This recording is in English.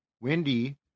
Wendy